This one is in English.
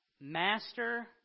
master